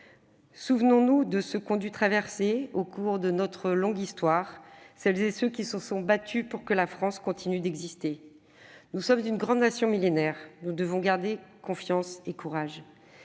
Souvenons-nous de ceux qu'ont dû traverser, au cours de notre longue histoire, celles et ceux qui se sont battus pour que la France continue d'exister. Nous sommes une grande nation millénaire, nous devons garder confiance et courage.